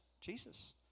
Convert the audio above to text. Jesus